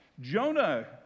Jonah